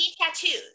tattoos